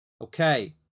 Okay